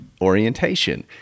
orientation